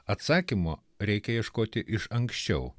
atsakymo reikia ieškoti iš anksčiau